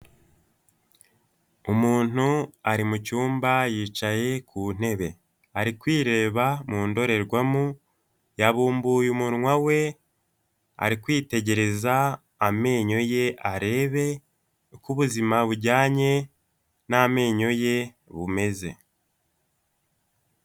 Umuntu ari mu cyumba yicaye ku ntebe, ari kwireba mu ndorerwamo, yabumbuye umunwa we, ari kwitegereza amenyo ye arebe uko ubuzima bujyanye n'amenyo ye bumeze.